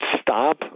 stop